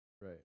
right